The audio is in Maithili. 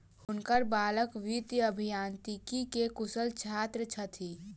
हुनकर बालक वित्तीय अभियांत्रिकी के कुशल छात्र छथि